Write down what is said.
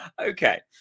Okay